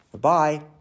bye